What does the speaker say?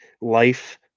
life